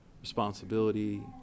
responsibility